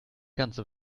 ganze